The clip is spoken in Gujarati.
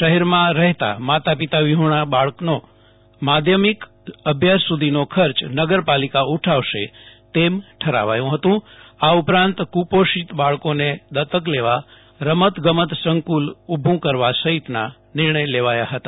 શહેરમાં રહેતા માતા પિતા વિહોણા બાળકનો માધ્યમિક અભ્યાસ સુ ધીનો ખર્ચ નગરપાલિકા ઉઠાવશે તેમ ઠરાવાયું હતું આ ઉપરાંત કુપોષિત બાળકોને દતક લેવા રમત ગમત સંકુલ ઉભુ કરવા સહિતના નિર્ણય લેવાયા હતા